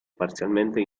parzialmente